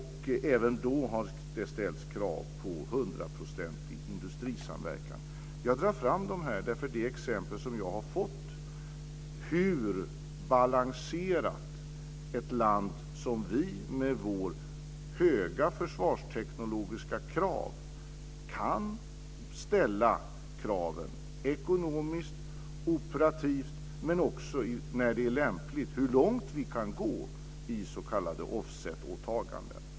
Även då har det ställts krav på hundraprocentig industrisamverkan. Jag drar fram detta därför att det är exempel som jag har fått på hur balanserat ett land som vi, med våra höga försvarsteknologiska krav, kan ställa kraven ekonomiskt och operativt - men också, när det är lämpligt, på hur långt vi kan gå i s.k. offsetåtaganden.